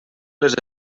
les